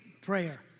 prayer